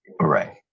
Right